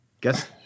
Guess